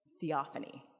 theophany